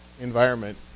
environment